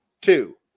two